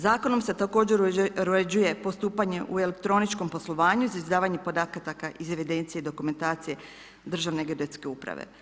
Zakonom se također uređuje postupanje u elektroničkom poslovanju za izdavanje podataka iz evidencije dokumentacije Državne geodetske uprave.